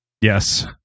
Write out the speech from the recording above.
Yes